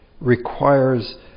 requires